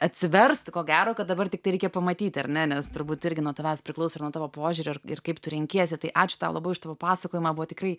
atsiverstų ko gero kad dabar tiktai reikia pamatyti ar ne nes turbūt irgi nuo tavęs priklauso ir nuo tavo požiūrio ir ir kaip tu renkiesi tai ačiū tau labai už tavo pasakojimą buvo tikrai